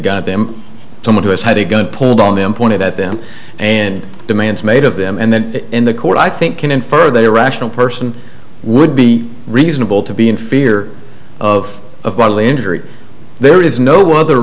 them someone who has had a gun pulled on them pointed at them and demands made of them and then in the court i think can infer that a rational person would be reasonable to be in fear of bodily injury there is no other